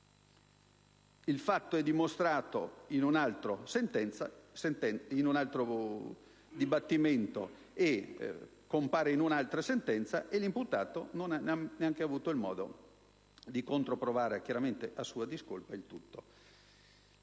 Il fatto è dimostrato in un altro dibattimento e compare in un'altra sentenza e l'imputato non ha neanche avuto il modo di controprovare, a sua discolpa.